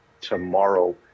tomorrow